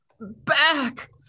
back